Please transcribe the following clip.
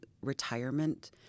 retirement